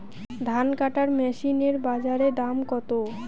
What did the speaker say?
ধান কাটার মেশিন এর বাজারে দাম কতো?